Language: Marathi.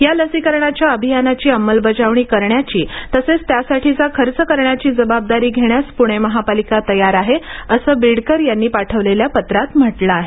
या लसीकरणाच्या अभियानाची अंमलबजावणी करण्याची तसेच त्यासाठीचा खर्च करण्याची जबाबदारी घेण्यास पुणे महापालिका तयार आहे असे बिडकर यांनी पाठविलेल्या पत्रात म्हटले आहे